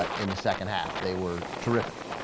in the second half they were terrific